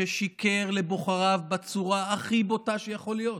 ששיקר לבוחריו בצורה הכי בוטה שיכולה להיות,